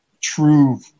true